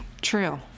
True